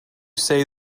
say